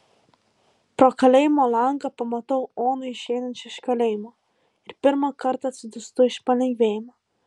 pro kalėjimo langą pamatau oną išeinančią iš kalėjimo ir pirmą kartą atsidūstu iš palengvėjimo